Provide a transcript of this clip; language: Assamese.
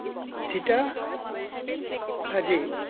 চিতা সাজি